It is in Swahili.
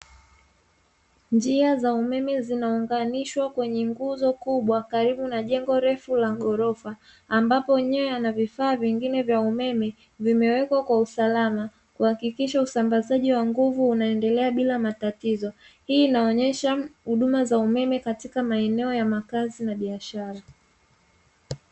Njia za umeme zinaunganishwa kwenye nguzo kubwa karibu na jengo refu la ghorofa, ambapo nyaya na vifaa vingine vya umeme vimewekwa kwa usalama kuhakikisha usambazaji wa nguvu unaendelea bila matatizo, hii inaonyesha huduma za umeme katika maeneno ya makazi na biashara.